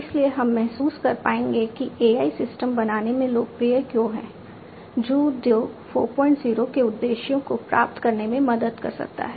इसलिए हम महसूस कर पाएंगे कि AI सिस्टम बनाने में लोकप्रिय क्यों है जो उद्योग 40 के उद्देश्यों को प्राप्त करने में मदद कर सकता है